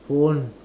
phone